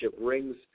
rings